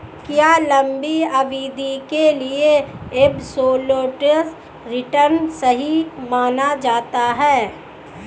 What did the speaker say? क्या लंबी अवधि के लिए एबसोल्यूट रिटर्न सही माना जाता है?